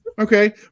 Okay